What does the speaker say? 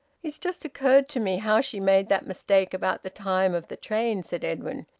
it's just occurred to me how she made that mistake about the time of the train, said edwin,